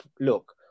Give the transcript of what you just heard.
look